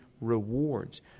rewards